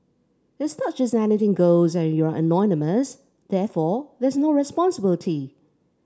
it's not just anything goes and you're anonymous therefore there's no responsibility